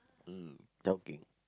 mm joking